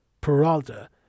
Peralta